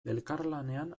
elkarlanean